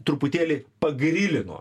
truputėlį pagrilino